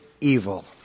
evil